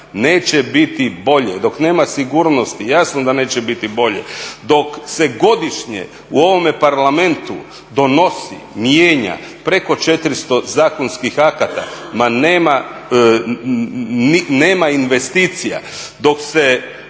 neće biti bolje. Dok nema sigurnosti, jasno da neće biti bolje. Dok se godišnje u ovome Parlamentu donosi, mijenja preko 400 zakonskih akata ma nema investicija. Dok se